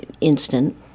instant